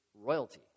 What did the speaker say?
royalty